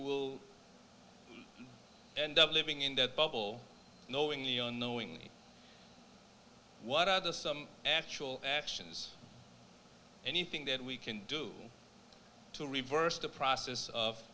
will end up living in that bubble knowingly or unknowingly what are the some actual actions anything that we can do to reverse the process